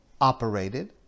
operated